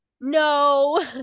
no